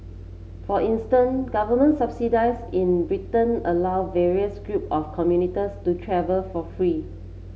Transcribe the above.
for instance government subsidies in Britain allow various group of commuters to travell for free